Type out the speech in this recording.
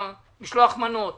משלוחי מנות